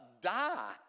die